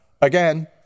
again